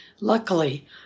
Luckily